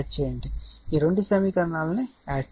కాబట్టి ఈ రెండు సమీకరణా లను యాడ్ చేయండి